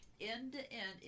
end-to-end